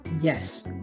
yes